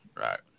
Right